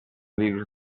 virus